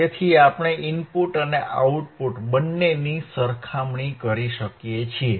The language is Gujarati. તેથી આપણે ઇનપુટ અને આઉટપુટ બંનેની સરખામણી કરી શકીએ છીએ